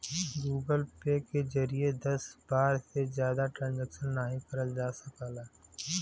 Google Pay के जरिए दस बार से जादा ट्रांजैक्शन नाहीं करल जा सकला